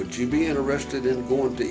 would you be interested in going to